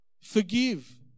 Forgive